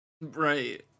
right